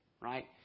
Right